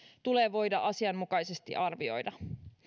tulee voida asianmukaisesti arvioida